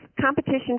competition